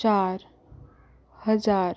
चार हजार